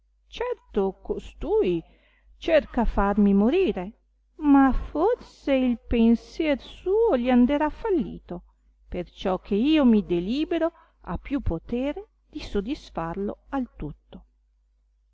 certo costui cerca farmi morire ma forse il pensier suo gli anderà fallito per ciò che io mi delibero a più potere di sodisfarlo al tutto